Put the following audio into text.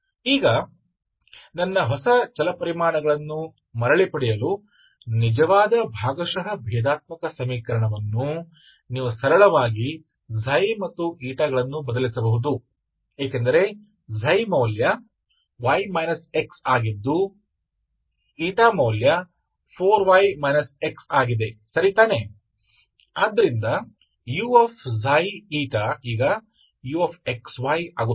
ಈಗ ನನ್ನ ಹೊಸ ಚಲಪರಿಮಾಣಗಳನ್ನು ಮರಳಿ ಪಡೆಯಲು ನಿಜವಾದ ಭಾಗಶಃ ಭೇದಾತ್ಮಕ ಸಮೀಕರಣವನ್ನು ನೀವು ಸರಳವಾಗಿ ಮತ್ತು ಗಳನ್ನು ಬದಲಿಸಬಹುದು ಏಕೆಂದರೆ ಮೌಲ್ಯ y x ಆಗಿದ್ದು ಮೌಲ್ಯ 4y xಆಗಿದೆ